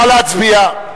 נא להצביע,